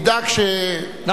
נדאג ששר האוצר ייתן את דעתו.